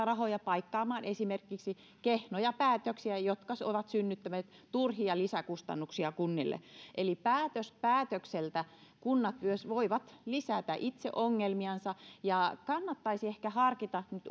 rahoja paikkaamaan esimerkiksi kehnoja päätöksiä jotka ovat synnyttäneet turhia lisäkustannuksia kunnille eli päätös päätökseltä kunnat myös voivat lisätä itse ongelmiansa kannattaisi ehkä harkita nyt